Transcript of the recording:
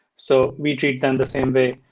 so we treat them the same way.